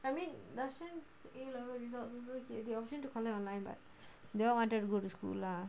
I mean last time A level results also the option to collect online but they all wanted to go to school lah